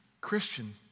Christian